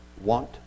want